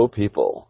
people